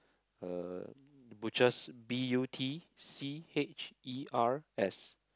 uh the butchers B_U_T_C_H_E_R_S